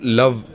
love